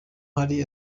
hari